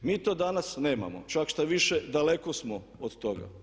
Mi to danas nemamo, čak štoviše daleko smo od toga.